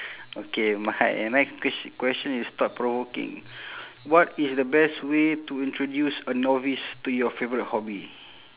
okay my next quest~ question is thought provoking what is the best way to introduce a novice to your favourite hobby